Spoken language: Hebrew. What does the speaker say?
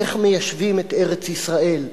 איך מיישבים את ארץ-ישראל,